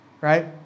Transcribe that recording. right